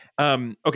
Okay